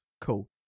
Cool